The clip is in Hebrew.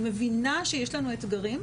אני מבינה שיש לנו אתגרים.